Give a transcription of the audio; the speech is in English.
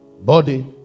body